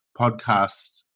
podcasts